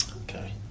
Okay